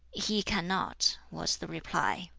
he cannot, was the reply.